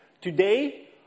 Today